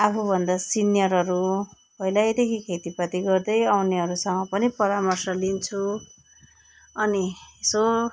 आफूभन्दा सिनियरहरू पहिल्यैदेखि खेतीपाती गर्दै आउनेहरूसँग पनि परामर्श लिन्छु अनि यसो